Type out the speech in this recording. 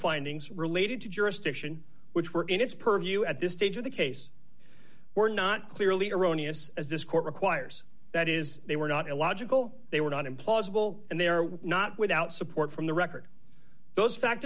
findings related to jurisdiction which were in its purview at this stage of the case were not clearly erroneous as this court requires that is they were not illogical they were not implausible and there were not without support from the record those fact